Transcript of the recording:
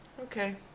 Okay